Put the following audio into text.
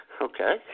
Okay